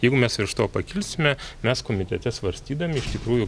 jeigu mes iš to pakilsime mes komitete svarstydami iš tikrųjų